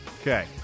okay